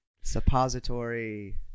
Suppository